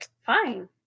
Fine